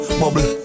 bubble